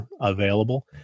available